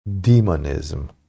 Demonism